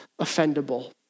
offendable